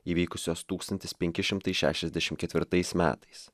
įvykusios tūkstantis penki šimtai šešiasdešimt ketvirtais metais